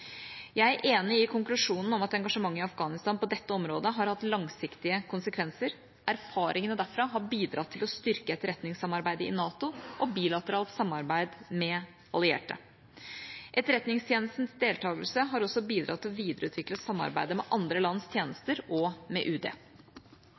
Jeg er enig i konklusjonen om at engasjementet i Afghanistan på dette området har hatt langsiktige konsekvenser. Erfaringene derfra har bidratt til å styrke etterretningssamarbeidet i NATO og bilateralt samarbeid med allierte. Etterretningstjenestens deltagelse har også bidratt til å videreutvikle samarbeidet med andre lands